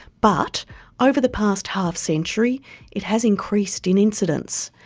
but over the past half century it has increased in incidence.